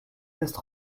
west